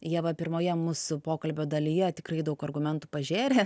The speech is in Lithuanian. ieva pirmoje mūsų pokalbio dalyje tikrai daug argumentų pažėrė